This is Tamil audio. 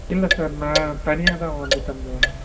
இல்லை சார் நான் தனியாக தான் வந்து தங்குவேன்